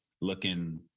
looking